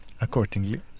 accordingly